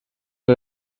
bei